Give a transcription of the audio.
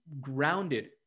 grounded